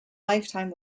lifetime